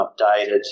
updated